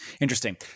Interesting